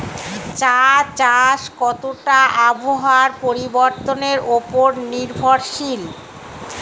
চা চাষ কতটা আবহাওয়ার পরিবর্তন উপর নির্ভরশীল?